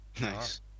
Nice